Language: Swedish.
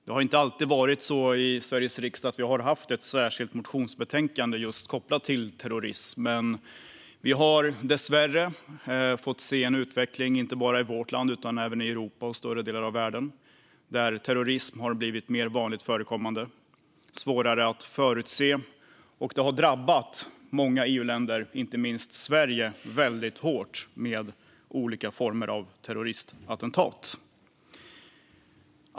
Vi har inte alltid haft ett särskilt motionsbetänkande i Sveriges riksdag om terrorism, men inte bara i vårt land utan även i Europa och i stora delar av övriga världen har terrorism dessvärre blivit mer vanligt förekommande och svårare att förutse, och många EU-länder, inte minst Sverige, har drabbats hårt av olika terroristattentat.